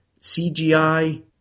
CGI